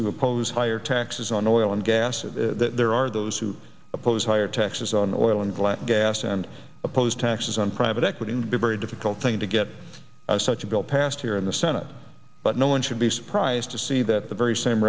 who oppose higher taxes on oil and gas and there are those who oppose higher taxes on oil and black gas and oppose taxes on private equity would be very difficult thing to get such a bill passed here in the senate but no one should be surprised to see that the very same